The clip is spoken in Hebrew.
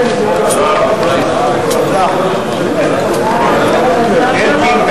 טעות בחוק לתיקון פקודת העיריות